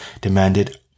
demanded